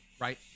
Right